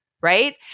right